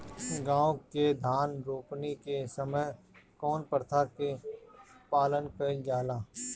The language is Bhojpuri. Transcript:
गाँव मे धान रोपनी के समय कउन प्रथा के पालन कइल जाला?